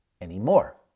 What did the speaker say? anymore